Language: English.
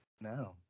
No